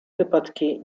wypadki